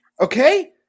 Okay